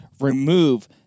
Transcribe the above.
remove